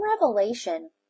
Revelation